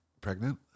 pregnant